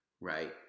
right